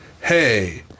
hey